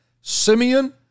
Simeon